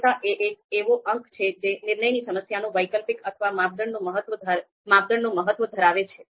અગ્રતા એ એક એવો અંક છે જે નિર્ણયની સમસ્યાનું વૈકલ્પિક અથવા માપદંડનું મહત્વ ધરાવે છે